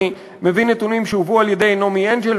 אני מביא נתונים שהובאו על-ידי נעמי הנדל,